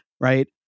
right